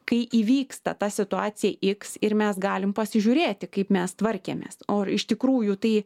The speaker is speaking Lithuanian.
kai įvyksta ta situacija iks ir mes galim pasižiūrėti kaip mes tvarkėmės o iš tikrųjų tai